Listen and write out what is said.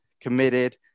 committed